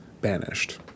banished